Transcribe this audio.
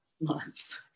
months